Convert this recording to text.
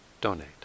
donate